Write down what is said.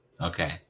Okay